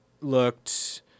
Looked